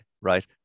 Right